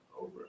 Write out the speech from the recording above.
over